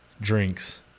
drinks